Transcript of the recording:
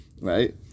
Right